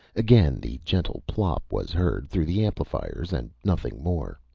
again the gentle plop was heard through the amplifiers and nothing more.